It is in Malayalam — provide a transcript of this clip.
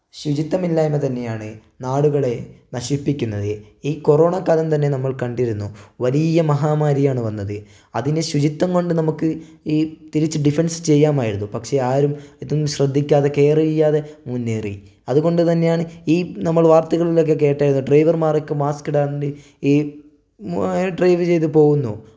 ശുചിത്വമില്ലായ്മ തന്നെയാണ് നാടുകളെ നശിപ്പിക്കുന്നത് ഈ കൊറോണക്കാലം തന്നെ നമ്മൾ കണ്ടിരുന്നു വലിയ മഹാമാരിയാണ് വന്നത് അതിനെ ശുചിത്വം കൊണ്ട് നമുക്ക് ഈ തിരിച്ച് ഡിഫൻസ് ചെയ്യാമായിരുന്നു പക്ഷെ ആരും ഇതൊന്നും ശ്രദ്ധിക്കാതെ കെയറ് ചെയ്യാതെ മുന്നേറി അത്കൊണ്ട് തന്നെയാണ് ഈ നമ്മള് വർത്തകളിലൊക്കെ കേട്ടായിരുന്നു ഡ്രൈവർമാരൊക്കെ മാസ്ക്ക് ഇടാണ്ട് ഈ ഡ്രൈവ് ചെയ്ത് പോകുന്നു